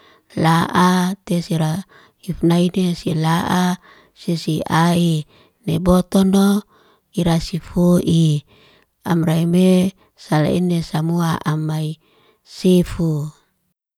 La'a tesira ifnai nesi la'a sisi'ai, ne botono irasifu'i. Amre me sal'ine samu'a amai sifu.